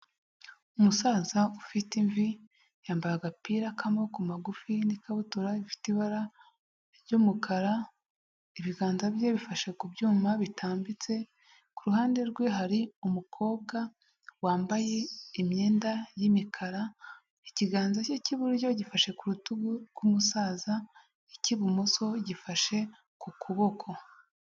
Umusaza ufite imvi, yambaye agapira k'amaboko magufi, n'ikabutura ifite ibara ry'umukara, ibiganza bye bifashe ku byuma bitambitse, ku ruhande rwe hari umukobwa, wambaye imyenda y'imikara, ikiganza cye cy'iburyo gifashe ku rutugu rw'umusaza, icy'ibumoso gifashe ku kuboko.